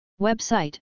Website